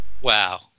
Wow